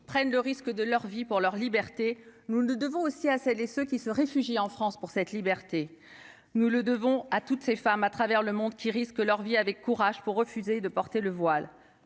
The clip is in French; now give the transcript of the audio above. prennent le risque de leur vie pour leur liberté, nous ne devons aussi à celles et ceux qui se réfugier en France pour cette liberté, nous le devons à toutes ces femmes à travers le monde qui risquent leur vie avec courage pour refuser de porter le voile